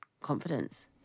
confidence